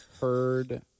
heard